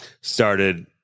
started